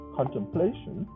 contemplation